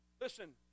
Listen